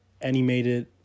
animated